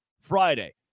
Friday